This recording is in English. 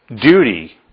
duty